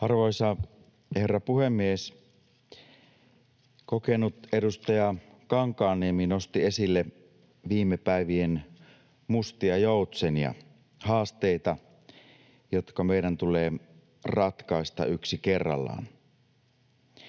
Arvoisa herra puhemies! Kokenut edustaja Kankaanniemi nosti esille viime päivien mustia joutsenia, haasteita, jotka meidän tulee ratkaista yksi kerrallaan.